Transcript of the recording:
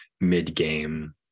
mid-game